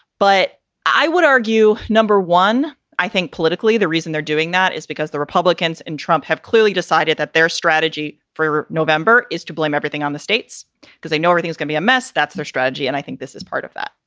but i would argue, number one, i think politically, the reason they're doing that is because the republicans and trump have clearly decided that their strategy for november is to blame everything on the states because they know where things can be a mess. that's their strategy. and i think this is part of that.